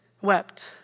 Wept